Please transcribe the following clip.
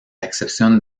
excepción